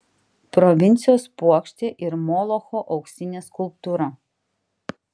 provincijos puokštė ir molocho auksinė skulptūra